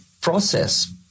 process